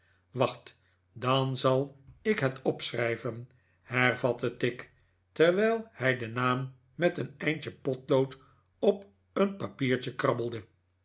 wacht dan zal ik het opschrijven hervatte tigg terwijl hij den naam met een eindje potlood op een papiertje krabbelde